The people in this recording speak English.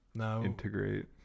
integrate